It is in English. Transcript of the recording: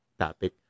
Topic